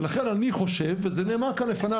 ולכן אני חושב זה נאמר כאן לפני,